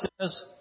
says